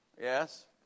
Yes